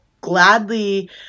gladly